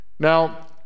Now